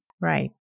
Right